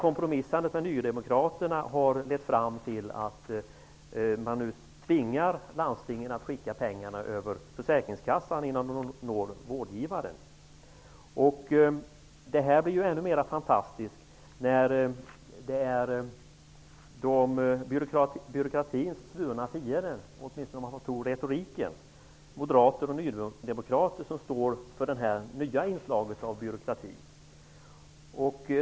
Kompromissandet med nydemokraterna har lett fram till att man nu tvingar landstingen att skicka pengarna via försäkringskassan innan de når vårdgivaren. Det är ganska fantastiskt med tanke på att det åtminstone om man får tro retoriken är byråkratins svurna fiender, moderater och nydemokrater, som står för detta nya inslag av byråkrati.